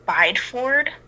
Bideford